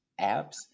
apps